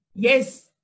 Yes